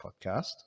podcast